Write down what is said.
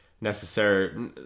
necessary